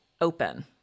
open